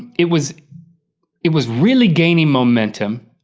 it was it was really gaining momentum.